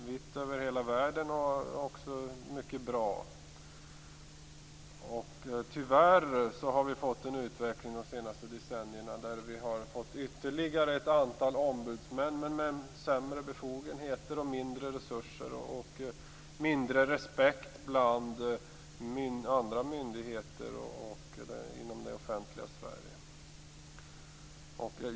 Vi har under de senaste decennierna tyvärr fått en utveckling som lett till ytterligare ett antal ombudsmän, med sämre befogenheter, mindre resurser och mindre respekt bland andra myndigheter och inom det offentliga Sverige.